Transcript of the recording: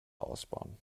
ausbauen